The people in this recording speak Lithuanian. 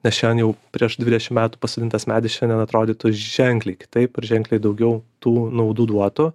nes šiandien prieš dvidešim metų pasodintas medis šiandien atrodytų ženkliai kitaip ir ženkliai daugiau tų naudų duotų